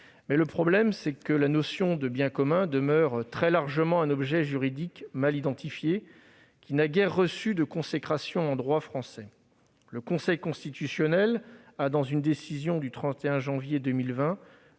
Le problème est que la notion de « bien commun » demeure très largement un objet juridique mal identifié, qui n'a guère reçu de consécration en droit français. Le Conseil constitutionnel a, dans une décision du 31 janvier 2020,